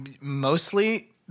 mostly